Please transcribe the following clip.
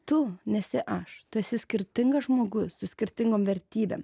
tu nesi aš tu esi skirtingas žmogus su skirtingom vertybėm